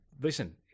Listen